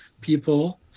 people